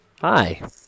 Hi